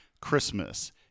Christmas